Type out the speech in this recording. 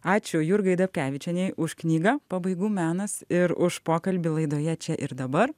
ačiū jurgai dapkevičienei už knygą pabaigų menas ir už pokalbį laidoje čia ir dabar